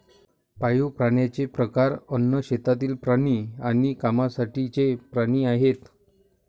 पाळीव प्राण्यांचे प्रकार अन्न, शेतातील प्राणी आणि कामासाठीचे प्राणी आहेत